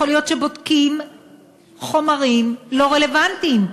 יכול להיות שבודקים חומרים לא רלוונטיים,